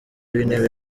w’intebe